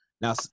Now